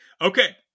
Okay